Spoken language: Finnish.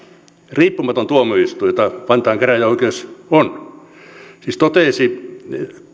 riippumaton tuomioistuin jollainen vantaan käräjäoikeus on totesi